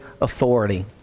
authority